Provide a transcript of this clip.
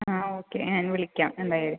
ആ ഓക്കേ ഞാൻ വിളിക്കാം എന്തായാലും